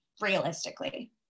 realistically